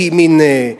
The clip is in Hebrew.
היא מין איזה,